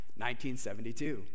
1972